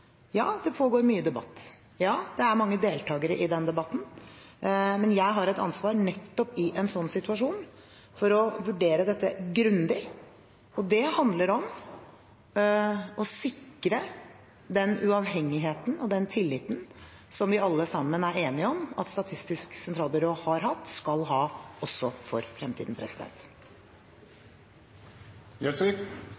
Ja, det pågår mye debatt. Ja, det er mange deltakere i den debatten. Men jeg har et ansvar nettopp i en slik situasjon for å vurdere dette grundig, og dét handler om å sikre den uavhengigheten og den tilliten som vi alle sammen er enige om at Statistisk sentralbyrå har hatt og skal ha også for fremtiden.